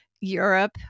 Europe